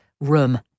room